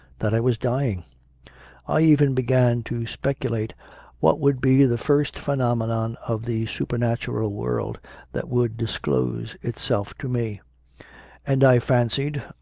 that i was dying i even began to speculate what would be the first phenome non of the supernatural world that would disclose itself to me and i fancied,